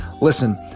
Listen